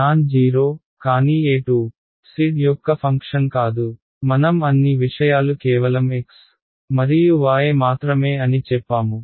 nonzero కానీ E2 z యొక్క function కాదు మనం అన్ని విషయాలు కేవలం x మరియు y మాత్రమే అని చెప్పాము